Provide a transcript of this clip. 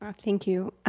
ah thank you,